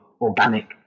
organic